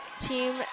team